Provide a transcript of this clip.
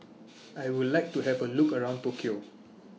I Would like to Have A Look around Tokyo